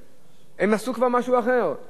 הם עשו כבר משהו אחר, חברות הביטוח.